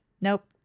nope